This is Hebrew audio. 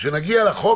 כשנגיע לחוק,